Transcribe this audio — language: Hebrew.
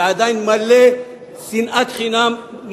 זה עדיין מלא שנאת חינם,